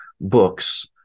books